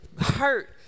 hurt